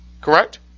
Correct